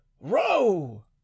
row